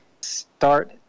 start